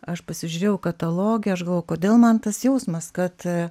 aš pasižiūrėjau kataloge aš galvoju kodėl man tas jausmas kad